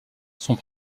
sont